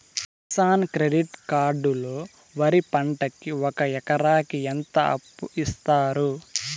Kisan credit card లో వరి పంటకి ఒక ఎకరాకి ఎంత అప్పు ఇస్తారు?